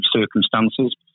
circumstances